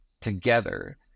together